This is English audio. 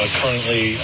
currently